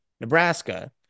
Nebraska